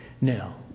Now